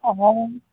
অঁ